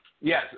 Yes